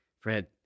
Fred